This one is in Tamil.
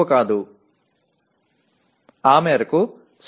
அந்த அளவிற்கு 0